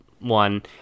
one